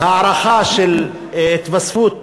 הערכה של התווספות